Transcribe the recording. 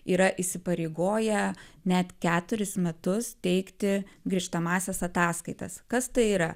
yra įsipareigoję net keturis metus teikti grįžtamąsias ataskaitas kas tai yra